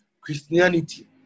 Christianity